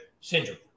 syndrome